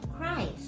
Christ